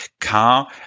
car